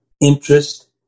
Interest